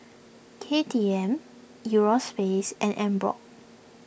K T M Euro space and Emborg